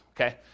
okay